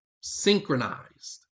Synchronized